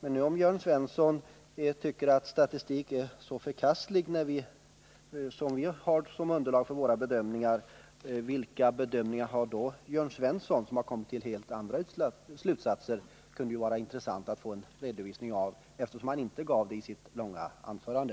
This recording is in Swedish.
Om nu Jörn Svensson tycker att den statistik som vi har som underlag för våra bedömningar är så förkastlig, vilket underlag har då Jörn Svensson haft för sina bedömningar, eftersom han har kommit fram till helt andra slutsatser än vi. Det vore intressant att få en redovisning av det. Någon sådan lämnade han ju inte i sitt långa anförande.